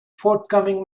forthcoming